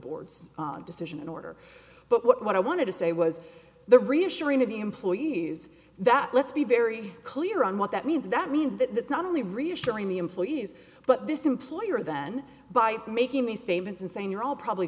board's decision in order but what i wanted to say was the reassuring of the employees that let's be very clear on what that means that means that it's not only reassuring the employees but this employer then by making these statements and saying you're all probably